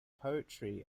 poetry